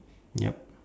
yup